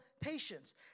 Patience